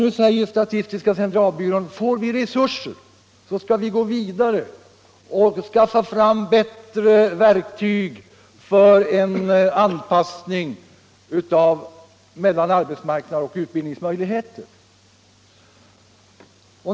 Nu säger statistiska centralbyrån: Får vi resurser, så skall vi gå vidare och skaffa fram bättre verktyg för en anpassning mellan arbetsmarknad och utbildningsmöjligheter.